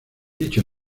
dicho